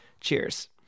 Cheers